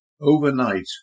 Overnight